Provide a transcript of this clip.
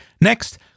Next